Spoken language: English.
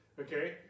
Okay